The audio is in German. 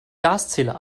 gaszähler